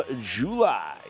July